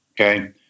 Okay